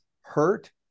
hurt